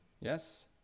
Yes